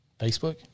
Facebook